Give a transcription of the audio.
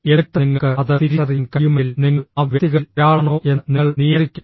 എന്നിട്ട് നിങ്ങൾക്ക് അത് തിരിച്ചറിയാൻ കഴിയുമെങ്കിൽ നിങ്ങൾ ആ വ്യക്തികളിൽ ഒരാളാണോ എന്ന് നിങ്ങൾ നിയന്ത്രിക്കും